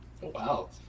Wow